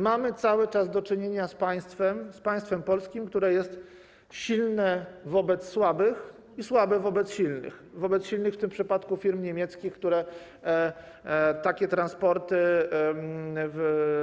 Mamy cały czas do czynienia z państwem polskim, które jest silne wobec słabych i słabe wobec silnych, wobec silnych w tym przypadku firm niemieckich, które takie transporty